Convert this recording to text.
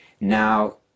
Now